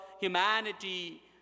humanity